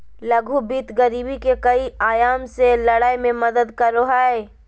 लघु वित्त गरीबी के कई आयाम से लड़य में मदद करो हइ